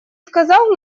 сказал